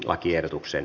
lakiehdotuksen